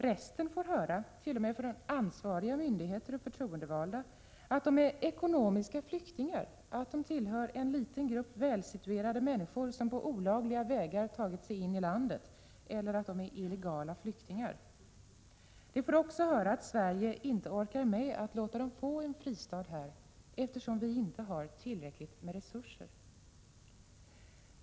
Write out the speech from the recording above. Resten får höra, t.o.m. från ansvariga myndigheter och förtroendevalda, att de är ”ekonomiska flyktingar”, att de tillhör en liten grupp välsituerade människor som på olagliga vägar tagit sig in i landet, att de är illegala flyktingar. De får också höra att Sverige inte orkar med att låta dem få en fristad här, eftersom vi inte har tillräckligt med resurser.